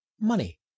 money